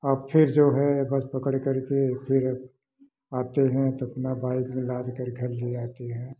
अब फिर जो है बस पकड़ कर के फिर आते हैं तो अपना बाइक लाद कर घर ले जाते हैं